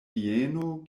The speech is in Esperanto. vieno